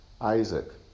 Isaac